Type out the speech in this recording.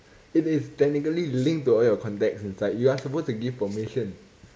it is technically linked to all your contacts inside you are supposed to give permission